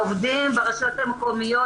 העובדים הרשויות המקומיות,